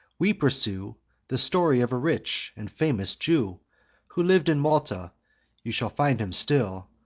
we pursue the story of a rich and famous jew who liv'd in malta you shall find him still,